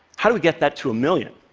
how do we get that to a million?